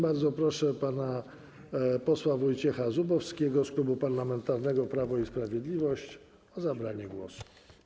Bardzo proszę pana posła Wojciecha Zubowskiego z Klubu Parlamentarnego Prawo i Sprawiedliwość o zabranie głosu.